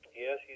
Yes